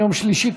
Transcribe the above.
יום שלישי,